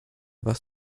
was